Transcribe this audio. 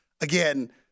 again